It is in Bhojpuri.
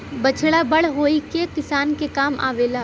बछड़ा बड़ होई के किसान के काम आवेला